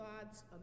God's